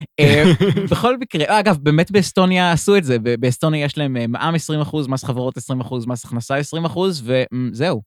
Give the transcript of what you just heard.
בכל מקרה, אגב באמת באסטוניה עשו את זה, באסטוניה יש להם מע"מ 20%, מס חברות 20%, מס הכנסה 20% וזהו.